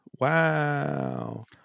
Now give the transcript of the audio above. wow